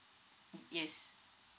mm yes